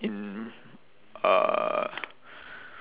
in uh